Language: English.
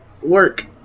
work